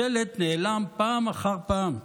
השלט נעלם פעם אחר פעם.